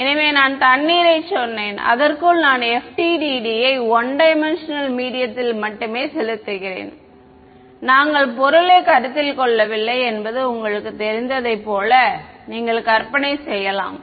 எனவே நான் தண்ணீரைச் சொன்னேன் அதற்குள் நான் FDTD யை 1D மீடியத்தில் மட்டுமே செலுத்துகிறேன் நாங்கள் பொருள் யை கருத்தில் கொள்ளவில்லை என்பது உங்களுக்குத் தெரிந்ததைப் போல நீங்கள் கற்பனை செய்யலாம்